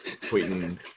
tweeting